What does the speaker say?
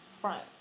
front